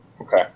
Okay